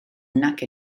nac